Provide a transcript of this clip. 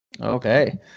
Okay